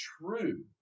true